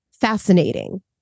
fascinating